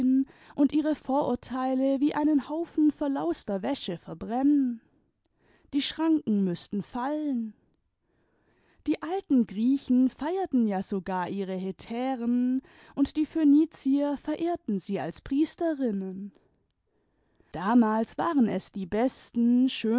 und ihre vorurteile wie einen haufen verlauster wäsche verbrennen die schranken müßten fallen die alten griechen feierten ja sogar ihre hetären und die phönizier verehrten sie als priesterinnen damals waren es die besten